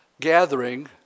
gathering